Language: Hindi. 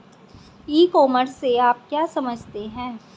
ई कॉमर्स से आप क्या समझते हैं?